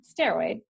steroid